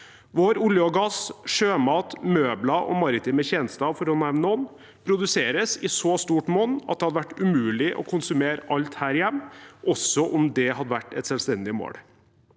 Vår olje og gass, sjømat, møbler og maritime tjenester, for å nevne noe, produseres i så stort monn at det hadde vært umulig å konsumere alt her hjemme – også om det hadde vært et selvstendig mål.